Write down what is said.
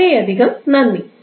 വളരെയധികം നന്ദി